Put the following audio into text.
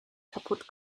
kaputt